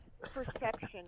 perception